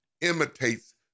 imitates